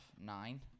Nine